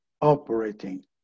operating